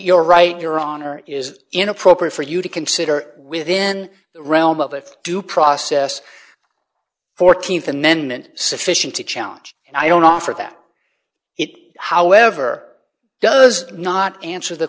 you're right your honor is inappropriate for you to consider within the realm of if due process th amendment sufficient to challenge and i don't offer that it however does not answer the